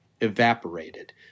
evaporated